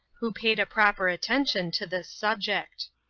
who paid a proper attention to this subject.